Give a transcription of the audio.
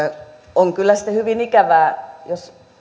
on kyllä hyvin ikävää jos